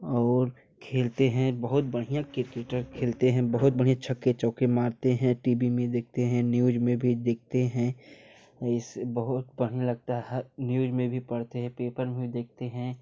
और खेलते हैं बहुत बढ़िया क्रिकेटर खेलते हैं बहुत बढ़िया छक्के चौके मारते हैं टीवी में देखते हैं न्यूज़ में भी देखते हैं और इससे बहुत पढ़ने लगता है न्यूज़ में भी पढ़ते हैं पेपर में भी देखते हैं